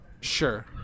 Sure